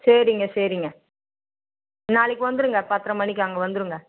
சரிங்க சரிங்க நாளைக்கு வந்துடுங்க பத்தரை மணிக்கு அங்கே வந்துடுங்க